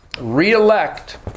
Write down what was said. reelect